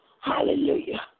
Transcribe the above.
Hallelujah